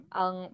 ang